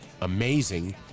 amazing